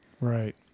right